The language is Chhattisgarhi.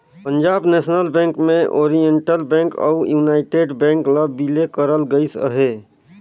पंजाब नेसनल बेंक में ओरिएंटल बेंक अउ युनाइटेड बेंक ल बिले करल गइस अहे